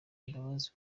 imbabazi